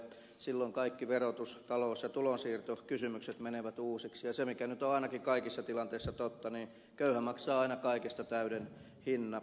silloin kaikki verotus talous ja tulonsiirtokysymykset menevät uusiksi ja se mikä nyt on ainakin kaikissa tilanteissa totta on että köyhä maksaa aina kaikesta täyden hinnan